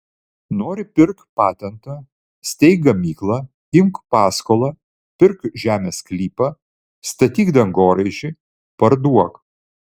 nori pirk patentą steik gamyklą imk paskolą pirk žemės sklypą statyk dangoraižį parduok